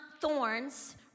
thorns